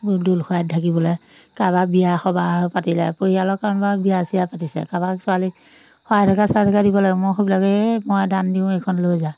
দোল শৰাইত ঢাকিবলৈ কাৰোবাৰ বিয়া সবাহ পাতিলে পৰিয়ালৰ কাৰোবাৰ বিয়া চিয়া পাতিছে কাৰোবাক ছোৱালী শৰাই ঢকা চৰাই ঢকা দিব লাগে মই সেইবিলাকেই মই দান দিওঁ এইখন লৈ যা